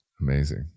amazing